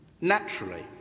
Naturally